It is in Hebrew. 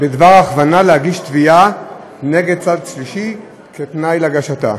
בדבר הכוונה להגיש תביעה נגד צד שלישי כתנאי להגשתה),